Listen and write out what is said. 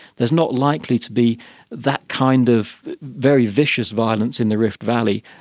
there is not likely to be that kind of very vicious violence in the rift valley,